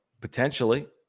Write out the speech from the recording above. potentially